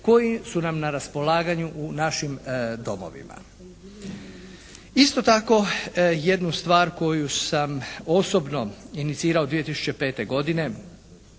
koji su nam na raspolaganju u našim domovima. Isto tako jednu stvar koju sam osobno inicirao 2005. godine